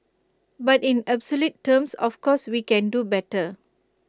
but in absolute terms of course we can do better